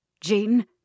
Jean